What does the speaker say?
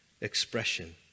expression